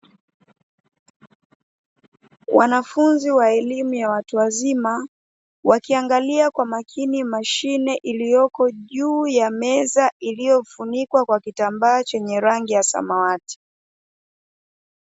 Wanafunzi wa elimu ya watu wazima wakiangalia kwa makini mashine iliyoko juu ya meza iliyofunikwa kwa kitambaa chenye rangi ya samawati.